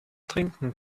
trinken